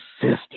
system